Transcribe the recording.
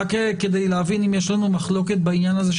אני מנסה להבין אם יש לנו מחלוקת בעניין הזה,